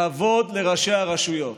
כבוד לראשי הרשויות.